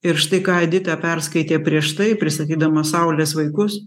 ir štai ką edita perskaitė prieš tai pristatydama saulės vaikus